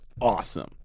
awesome